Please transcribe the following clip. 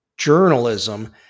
journalism